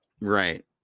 right